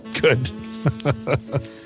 Good